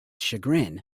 chagrin